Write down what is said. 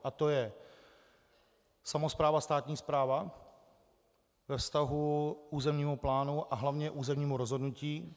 A to je samospráva, státní správa ve vztahu k územnímu plánu a hlavně k územnímu rozhodnutí.